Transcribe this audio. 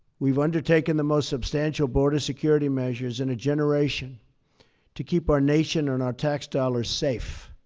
we've undertaken the most substantial border security measures in a generation to keep our nation and our tax dollars safe,